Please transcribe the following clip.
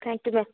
thank you ma'am